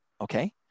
Okay